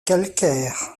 calcaire